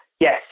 yes